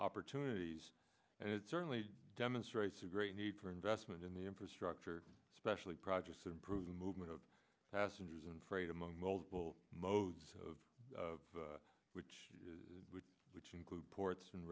opportunities and it certainly demonstrates a great need for investment in the infrastructure especially projects improve the movement of passengers and freight among multiple modes of of which is which include ports and